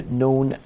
known